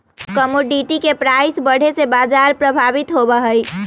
commodity के price बढ़े से बाजार प्रभावित होबा हई